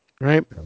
right